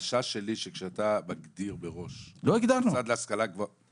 החשש שלי, שכשאתה מגדיר מראש מוסד להשכלה גבוהה